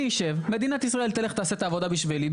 אני אשב, מדינת ישראל תלך תעשה את העבודה בשבילי.